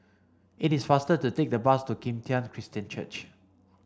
it is faster to take the bus to Kim Tian Christian Church